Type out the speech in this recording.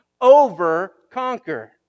overconquer